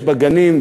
יש בה גנים,